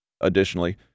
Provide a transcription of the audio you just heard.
Additionally